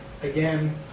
again